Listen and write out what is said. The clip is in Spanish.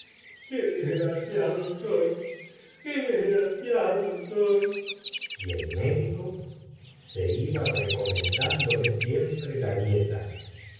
qué desgraciado soy qué desgraciado soy y el médico le iba recomendándole siempre la dieta